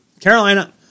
Carolina